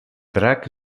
drac